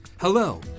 Hello